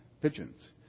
pigeons